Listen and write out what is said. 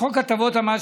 חוק הטבות במס,